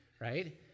Right